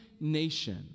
nation